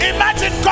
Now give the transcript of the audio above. Imagine